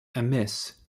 amiss